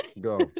go